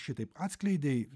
šitaip atskleidei